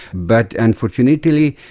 but unfortunately,